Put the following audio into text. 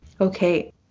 Okay